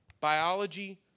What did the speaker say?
Biology